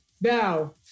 now